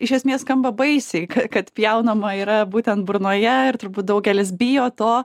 iš esmės skamba baisiai kad pjaunama yra būtent burnoje ir turbūt daugelis bijo to